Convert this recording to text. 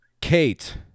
kate